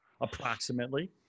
approximately